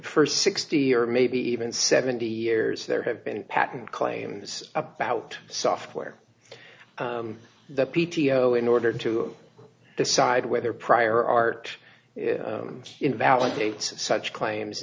for sixty or maybe even seventy years there have been patent claims about software that p t o in order to decide whether prior art invalidates such claims